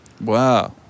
wow